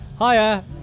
hiya